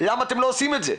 למה אתם לא עושים את זה?